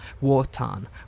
Wotan